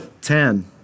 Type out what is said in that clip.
ten